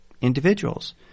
individuals